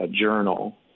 journal